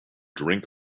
drink